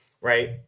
right